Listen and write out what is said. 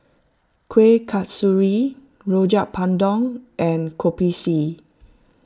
Kuih Kasturi Rojak Bandung and Kopi C